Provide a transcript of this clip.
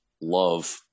love